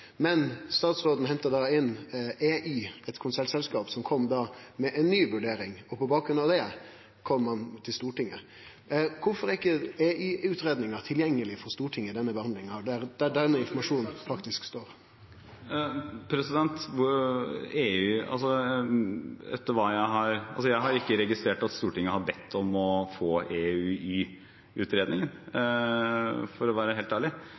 men statsråden henta da inn EY, eit konsulentselskap som kom med ei ny vurdering, og på bakgrunn av det kom han til Stortinget. Kvifor er ikkje EY-utgreiinga tilgjengeleg for Stortinget i denne behandlinga – det er der det faktisk står om denne intensjonen. Jeg har ikke registrert at Stortinget har bedt om å få EY-utredningen – for å være helt ærlig